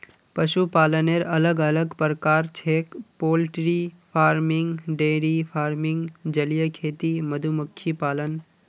पशुपालनेर अलग अलग प्रकार छेक पोल्ट्री फार्मिंग, डेयरी फार्मिंग, जलीय खेती, मधुमक्खी पालन